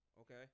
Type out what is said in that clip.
okay